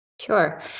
Sure